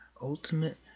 ultimate